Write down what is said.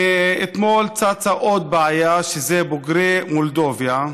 מאתמול צצה עוד בעיה, שזה בוגרי מולדובה,